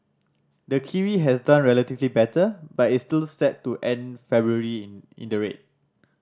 the kiwi has done relatively better but is still set to end February in in the red